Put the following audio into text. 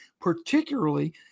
particularly